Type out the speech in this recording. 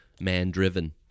man-driven